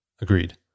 Agreed